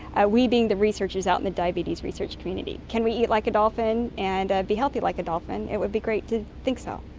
ah we being the researchers out in the diabetes research community. can we eat like a dolphin and ah be healthy like a dolphin? it would be great to think so.